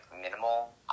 minimal